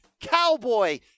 cowboy